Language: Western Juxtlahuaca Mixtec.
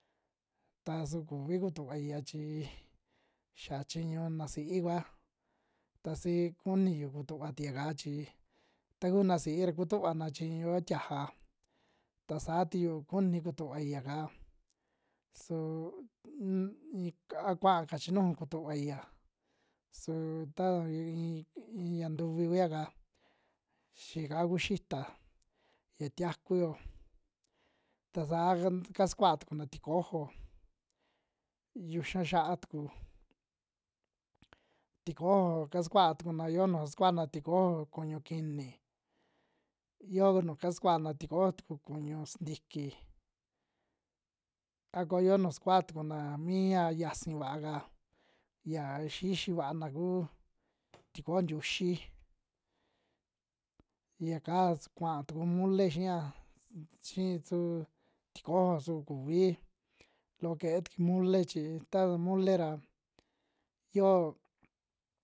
Ta su kuvi kutuvaia chii xa chiñu na sií kua, ta si kuniyu kutuva tuiaka chi, taku na sií ra kutuvana chiñu'yo tiaja ta saa tu yu'u kuni kutuvaia'ka su unk ink a kua'a ka chi nuju kutuvaia su taun in- inya ntuvi kuyi'ka xi ya kaa ku xita, xia tiakuyo. Ta saa kan- kasuaa tukuna tikojo yuxa xia'á tuku, tikojo kasukua tukuna yo nu sukuana kuñu kini, yo nu kasukuana tikojo tuku kuñu sintiki a ko yo nuu sukuaa tukuna mia yasin vaaka, yia xixi vaana ku tikojo ntiuxi ya ka su kuaa tuku mole xia sxi su tikojo su kuvi loo ke'e tukui mole chi tatun mole ra yio.